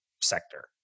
sector